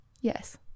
Yes